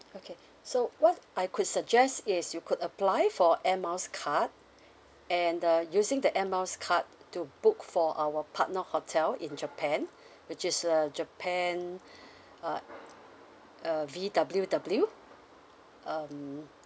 okay so what I could suggest is you could apply for air miles card and uh using that air miles card to book for our partner hotel in japan which is uh japan uh uh V W W um